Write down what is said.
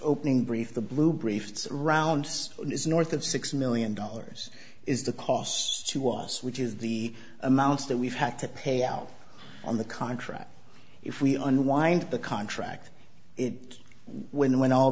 opening brief the blue briefs rounds is north of six million dollars is the cost to us which is the amount that we've had to pay out on the contract if we unwind the contract it when when all